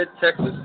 Texas